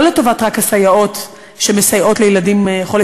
לא רק לטובת הסייעות שמסייעות לילדים חולי